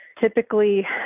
typically